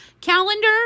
Calendar